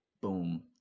boom